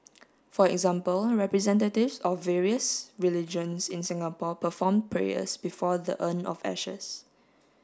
for example representatives of various religions in Singapore performed prayers before the urn of ashes